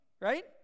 Right